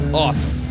awesome